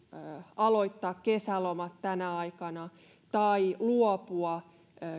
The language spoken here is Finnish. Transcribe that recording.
aloittaa kesälomat tänä aikana tai luopua